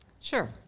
Sure